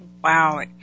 Wow